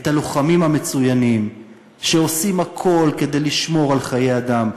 את הלוחמים המצוינים שעושים הכול כדי לשמור על חיי אדם.